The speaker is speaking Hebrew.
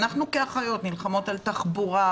אנחנו כאחיות נלחמות על תחבורה,